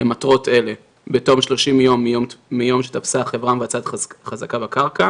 אני מצטערת,